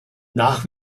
nach